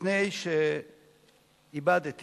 מפני שאיבדתי